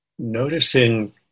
Noticing